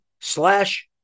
slash